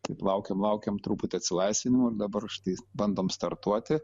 taip laukėm laukėm truputį atsilaisvinimo ir dabar štai bandom startuoti